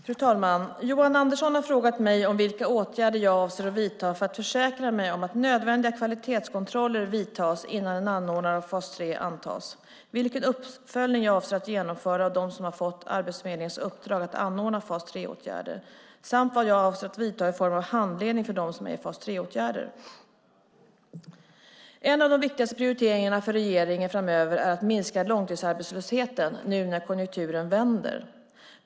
Fru talman! Johan Andersson har frågat mig vilka åtgärder jag avser att vidta för att försäkra mig om att nödvändiga kvalitetskontroller vidtas innan en anordnare av fas 3 antas, vilken uppföljning jag avser att genomföra av dem som fått Arbetsförmedlingens uppdrag att anordna fas 3-åtgärder samt vad jag avser att vidta i form av handledning för dem som är i fas 3-åtgärder. En av de viktigaste prioriteringarna för regeringen framöver är att minska långtidsarbetslösheten när nu konjunkturen vänder.